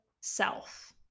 self